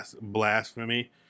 blasphemy